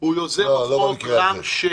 הוא יוזם החוק, רם שפע.